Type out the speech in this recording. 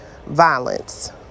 violence